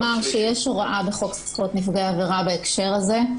לומר שיש הוראה בחוק זכויות נפגעי העבירה בהקשר הזה.